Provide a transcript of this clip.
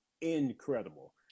incredible